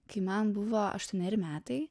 kai man buvo aštuoneri metai